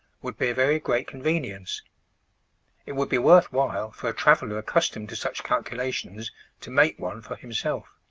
would be a very great convenience it would be worth while for a traveller accustomed to such calculations to make one for himself.